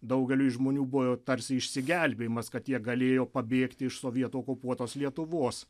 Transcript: daugeliui žmonių buvo tarsi išsigelbėjimas kad jie galėjo pabėgti iš sovietų okupuotos lietuvos